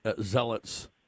zealots